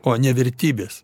o ne vertybės